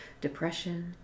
depression